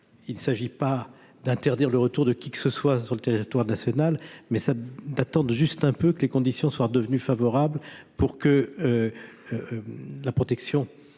il s'agit pas d'interdire le retour de qui que ce soit sur le territoire national mais ça d'attente, juste un peu que les conditions soient redevenues favorables pour que la protection